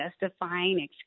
justifying